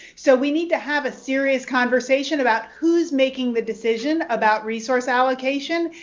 so we need to have a serious conversation about who's making the decision about resource allocation,